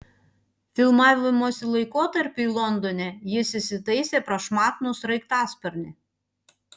filmavimosi laikotarpiui londone jis įsitaisė prašmatnų sraigtasparnį